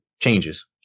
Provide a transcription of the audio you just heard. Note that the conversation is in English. changes